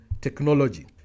technology